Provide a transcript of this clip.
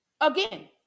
again